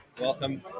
welcome